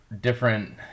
different